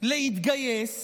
להתגייס